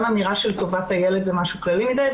אמירה של טובת הילד זה משהו כללי מדי.